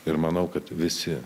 ir manau kad visi